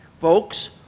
Folks